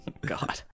God